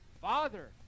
father